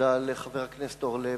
ותודה לחבר הכנסת אורלב,